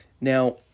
Now